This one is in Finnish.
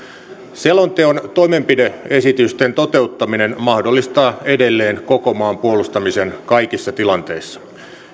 selonteon toimenpide esitysten toteuttaminen mahdollistaa edelleen koko maan puolustamisen kaikissa tilanteissa